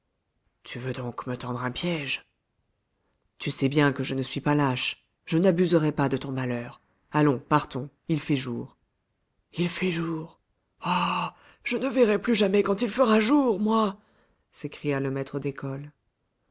tu veux donc me tendre un piège tu sais bien que je ne suis pas lâche je n'abuserai pas de ton malheur allons partons il fait jour il fait jour ah je ne verrai plus jamais quand il fera jour moi s'écria le maître d'école